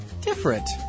different